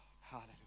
Hallelujah